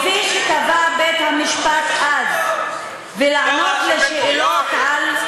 כפי שקבע בית-המשפט אז, איזה שטויות.